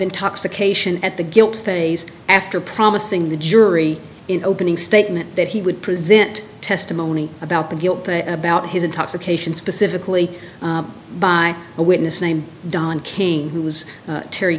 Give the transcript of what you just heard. intoxication at the guilt phase after promising the jury in opening statement that he would present testimony about the guilt about his intoxication specifically by a witness named don king who was terr